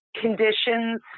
conditions